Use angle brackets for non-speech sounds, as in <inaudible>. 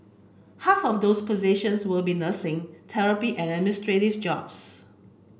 half of those positions will be nursing therapy and <unintelligible> jobs